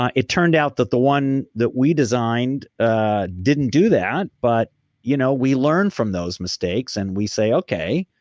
ah it turned out that the one that we designed ah didn't do that but you know we learned from those mistakes and we say, okay,